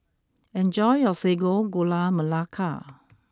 enjoy your Sago Gula Melaka